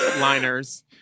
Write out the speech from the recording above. liners